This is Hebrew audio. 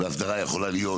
והסדרה יכולה להיות